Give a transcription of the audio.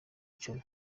icumi